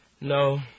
No